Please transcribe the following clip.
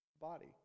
body